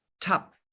top